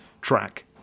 track